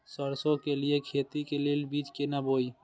सरसों के लिए खेती के लेल बीज केना बोई?